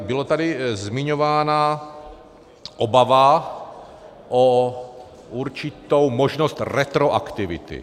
Byla tady zmiňována obava o určitou možnost retroaktivity.